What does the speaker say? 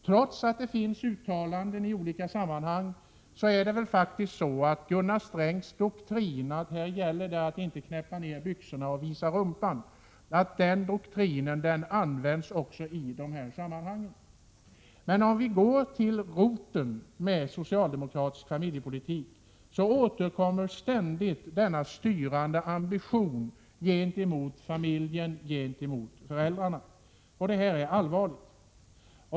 Trots att det finns uttalanden i olika sammanhang är det nog så att Gunnar Strängs doktrin, att det gäller att inte knäppa ner byxorna och visa rumpan, används också i detta sammanhang. Men om vi går till botten med socialdemokratisk familjepolitik finner vi att denna styrande ambition ständigt återkommer gentemot familjen, gentemot föräldrarna. Och detta är allvarligt.